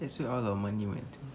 that's where all our money went to